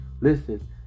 Listen